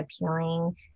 appealing